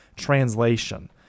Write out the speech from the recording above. translation